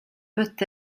peut